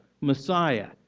Messiah